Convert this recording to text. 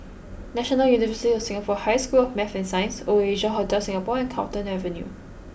National University of Singapore High School of Math and Science Oasia Hotel Singapore and Carlton Avenue